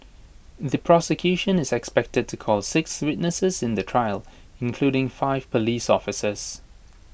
the prosecution is expected to call six witnesses in the trial including five Police officers